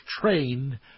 train